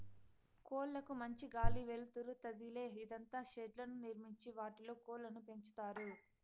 కోళ్ళ కు మంచి గాలి, వెలుతురు తదిలే ఇదంగా షెడ్లను నిర్మించి వాటిలో కోళ్ళను పెంచుతారు